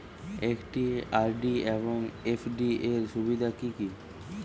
একটি আর.ডি এবং এফ.ডি এর সুবিধা কি কি?